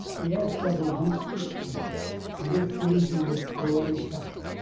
the air struggle reached its peak and this illusion was cruelly shattered.